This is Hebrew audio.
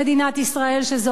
שזו ארצות-הברית?